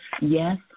yes